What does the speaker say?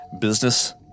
business